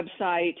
website